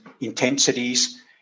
intensities